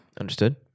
Understood